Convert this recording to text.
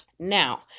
Now